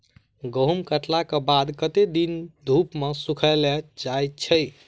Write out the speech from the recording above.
गहूम कटला केँ बाद कत्ते दिन धूप मे सूखैल जाय छै?